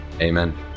amen